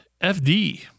FD